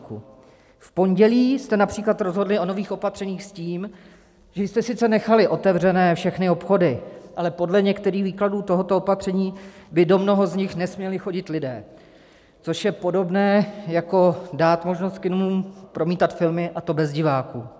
V pondělí jste např. rozhodli o nových opatřeních s tím, že jste sice nechali otevřené všechny obchody, ale podle některých výkladů tohoto opatření by do mnoha z nich nesměli chodit lidé, což je podobné, jako dát možnost kinům promítat filmy, a to bez diváků.